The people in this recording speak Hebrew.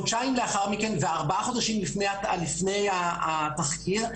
וארבעה חודשים לפני התחקיר,